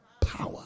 power